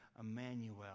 Emmanuel